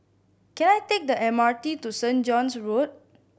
can I take the M R T to Saint John's Road